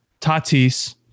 Tatis